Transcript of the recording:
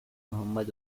mohammad